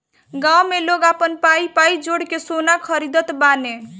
गांव में लोग आपन पाई पाई जोड़ के सोना खरीदत बाने